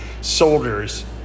soldiers